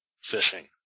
fishing